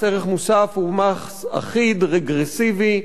מס ערך מוסף הוא מס אחיד, רגרסיבי,